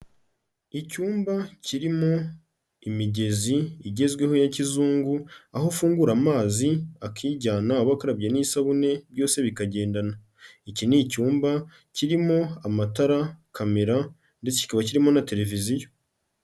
Icyumba kirimo imigezi igezweho ya kizungu, aho ufungura amazi akijyana, waba wakarabye n'isabune byose bikagendana, iki ni icyumba kirimo amatara, kamera ndetse kikaba kirimo na televiziyo.